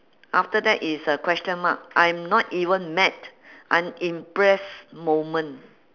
after that is a question mark I'm not even mad I'm impressed moment